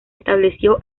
estableció